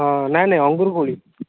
ହଁ ନାଇଁ ନାଇଁ ଅଙ୍ଗୁର କୋଳି